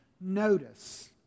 notice